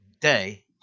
day